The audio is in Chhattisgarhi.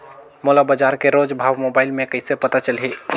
मोला बजार के रोज भाव मोबाइल मे कइसे पता चलही?